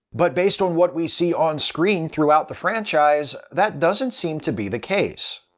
but based on what we see onscreen throughout the franchise, that doesn't seem to be the case.